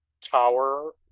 tower